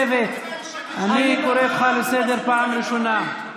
אני קורא אותך לסדר בפעם הראשונה.